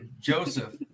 Joseph